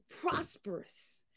prosperous